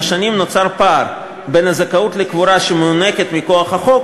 עם השנים נוצר פער בין הזכאות לקבורה שמוענקת מכוח החוק